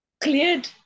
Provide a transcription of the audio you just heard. cleared